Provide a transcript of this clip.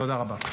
תודה רבה.